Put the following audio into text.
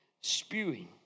spewing